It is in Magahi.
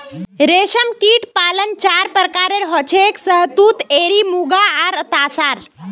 रेशमकीट पालन चार प्रकारेर हछेक शहतूत एरी मुगा आर तासार